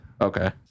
Okay